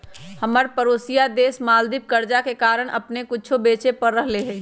हमर परोसिया देश मालदीव कर्जा के कारण अप्पन कुछो बेचे पड़ रहल हइ